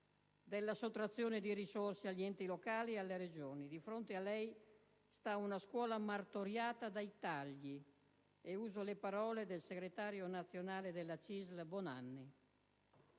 della sottrazione di risorse agli enti locali e alle Regioni. Di fronte a lei sta una scuola martoriata dai tagli, per usare le parole del segretario nazionale della CISL, Bonanni.